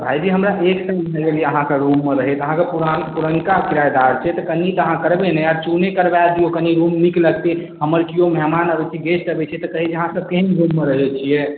भाइजी हमरा एक साल भए गेल यऽ अहाँके रूममे रहैत अहाँक पुरान पुरानका किरायेदार छी तऽ कहीँ तऽ अहाँ करबै ने आब चूने करबाय दिऔ कनि नीक रूम नीक लगतै हमर केओ मेहमान आओर कि गेस्ट अबैत छै तऽ कहैत छै अहाँ केहन रूममे रहैत छियै